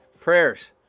Prayers